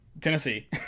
Tennessee